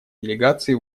делегации